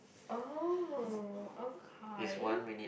oh okay